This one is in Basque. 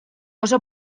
oso